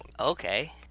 Okay